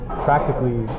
practically